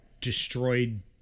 destroyed